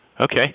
Okay